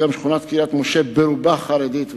וגם שכונת קריית-משה ברובה חרדית.